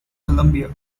columbia